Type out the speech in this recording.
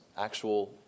actual